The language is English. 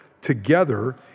together